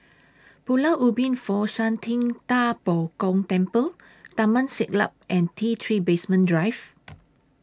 Pulau Ubin Fo Shan Ting DA Bo Gong Temple Taman Siglap and T three Basement Drive